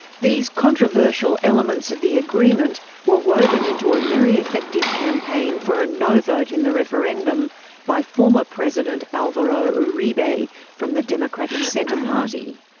these controversial elements of the agreement were woven into a very effective campaign for a no vote in the referendum by former president alvaro ah uribe, from the democratic center party.